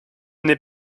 n’ai